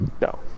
no